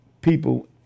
people